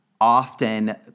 often